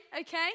okay